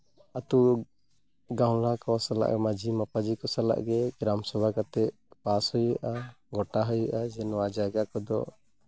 ᱟᱹᱛᱩ ᱜᱟᱣᱞᱟ ᱠᱚ ᱥᱟᱞᱟᱜ ᱢᱟᱹᱡᱷᱤ ᱢᱟᱯᱟᱡᱷᱤ ᱠᱚ ᱥᱟᱞᱟᱜ ᱜᱮ ᱜᱨᱟᱢ ᱥᱚᱵᱷᱟ ᱠᱟᱛᱮᱫ ᱯᱟᱥ ᱦᱩᱭᱩᱜᱼᱟ ᱜᱳᱴᱟ ᱦᱩᱭᱩᱜᱼᱟ ᱡᱮ ᱱᱚᱣᱟ ᱡᱟᱭᱜᱟ ᱠᱚᱫᱚ